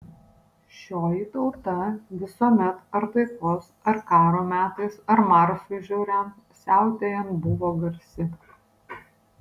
šioji tauta visuomet ar taikos ar karo metais ar marsui žiauriam siautėjant buvo garsi